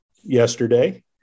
yesterday